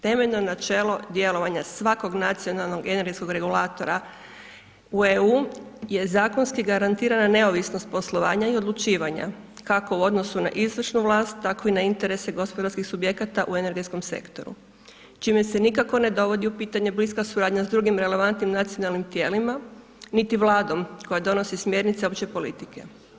Temeljno načelo djelovanja svakog nacionalnog energetskog regulatora, u EU je zakonski garantirana neovisnost poslovanja i odlučivanja, kako u odnosu na izvršnu vlast, tako i na interese gospodarskih subjekata u energetskom sektoru, čime se nikako ne dovodi u pitanje bliska suradnja s drugim relevantnim nacionalnim tijelima, niti vladom, koja donosi smjernice opće politike.